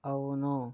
అవును